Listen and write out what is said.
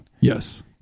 Yes